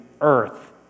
earth